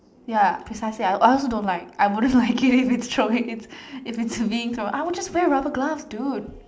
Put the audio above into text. ya precisely I I also don't like I wouldn't like it if you throw it in if it's being thrown I would just wear rubber glove dude